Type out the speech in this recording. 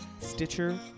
Stitcher